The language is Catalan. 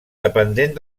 dependent